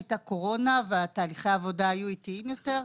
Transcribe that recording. הייתי קורונה ותהליכי העבודה היו איטיים יותר,